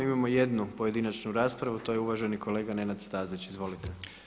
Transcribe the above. Imamo jednu pojedinačnu raspravu to je uvaženi kolega Nenad Stazić, izvolite.